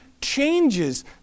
changes